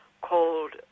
called